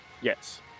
Yes